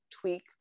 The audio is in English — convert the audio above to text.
tweak